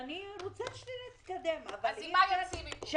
אני רוצה שנתקדם, אנחנו